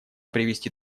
привести